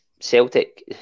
Celtic